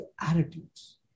attitudes